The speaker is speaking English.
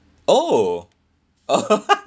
oh